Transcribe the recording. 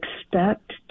expect